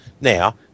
Now